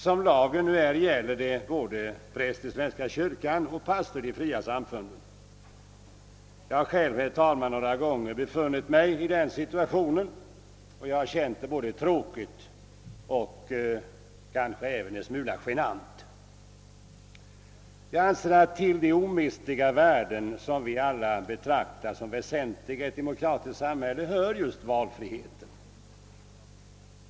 Som lagen nu är gäller samma svårigheter såväl präster i svenska kyrkan som pastorer i fria samfund. Jag har själv, herr talman, befunnit mig i denna situation och jag har känt det både tråkigt och en smula genant att behöva neka. Till de omistliga värden som vi alla betraktar som väsentliga i ett demokratiskt samhälle hör enligt min uppfattning just valfriheten.